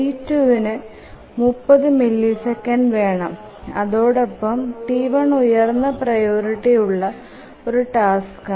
T2വിനു 30മില്ലിസെക്കൻഡ് വേണം അതോടൊപ്പം T1 ഉയർന്ന പ്രിയോറിറ്റി ഉള്ള ഒരു ടാസ്ക് ആണ്